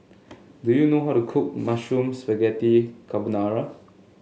do you know how to cook Mushroom Spaghetti Carbonara